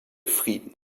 frieden